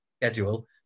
schedule